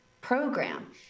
program